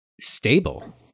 stable